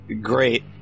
Great